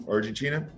Argentina